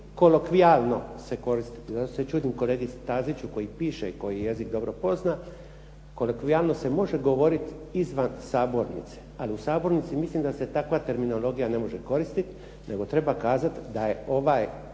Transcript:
kolokvijalno se koristiti. Zato se čudim kolegi Staziću koji piše i koji jezik dobro pozna. Kolokvijalno se može govoriti izvan sabornice ali u sabornici mislim da se takva terminologija ne može koristiti nego treba kazati da je ovo izvješće